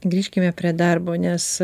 grįžkime prie darbo nes